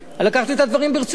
ולקחתי את הדברים ברצינות.